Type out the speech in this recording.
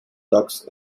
ducks